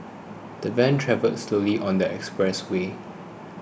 the van travelled slowly on the expressway